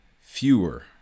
fewer